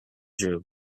jew